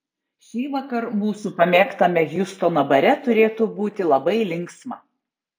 šįvakar mūsų pamėgtame hjustono bare turėtų būti labai linksma